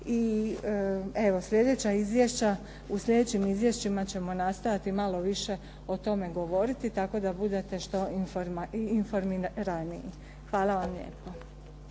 I evo slijedeća izvješća, u slijedećim izvješćima ćemo nastojati malo više o tome govoriti, tako da budete što informiraniji. Hvala vam lijepo.